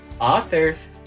authors